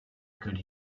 could